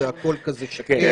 שהכול כזה שקט.